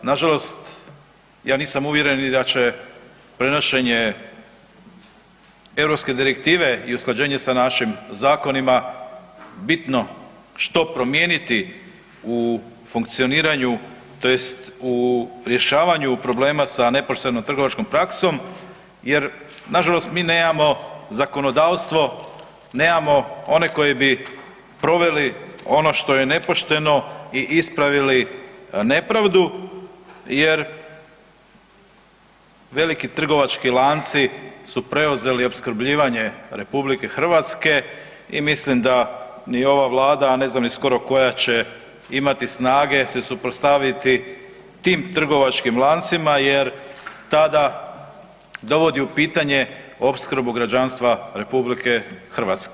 Nažalost, ja nisam uvjeren ni da će prenošenje europske direktive i usklađenje sa našim zakonima bitno što promijeniti u funkcioniranju tj. u rješavanju problema sa nepoštenom trgovačkom praksom jer nažalost mi nemamo zakonodavstvo, nemamo one koji bi proveli ono što je nepošteno i ispravili nepravdu jer veliki trgovački lanci su preuzeli opskrbljivanje RH i mislim da ni ova vlada, a ne znam ni skoro koja će imati snage se suprotstaviti tim trgovačkim lancima jer tada dovodi u pitanje opskrbu građanstva RH.